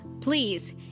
please